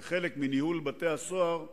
כחלק מניהול בתי-הסוהר,